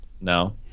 no